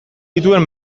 dituen